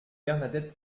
bernadette